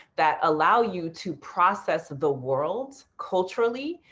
that allow you to process the world culturally,